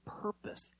purpose